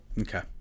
Okay